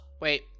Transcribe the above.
Wait